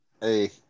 Hey